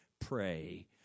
pray